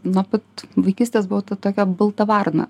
nuo pat vaikystės buvau ta tokia balta varna